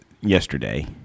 yesterday